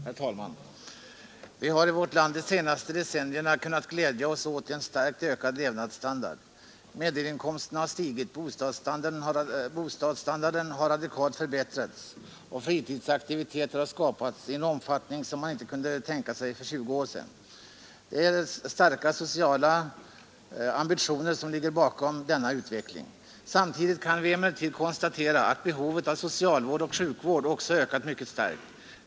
Herr talman! Vi har i vårt land de senaste decennierna kunnat glädja oss åt en starkt ökad levnadsstandard. Medelinkomsterna har stigit, bostadsstandarden har radikalt förbättrats och fritidsaktiviteter har skapats i en omfattning som man inte kunde tänka sig för 20 år sedan. Det är starka sociala ambitioner som ligger bakom denna utveckling. Samtidigt kan vi emellertid konstatera att behovet av socialvård och sjukvård också ökat mycket starkt.